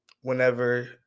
whenever